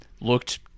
looked